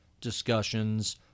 discussions